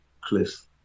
Cliff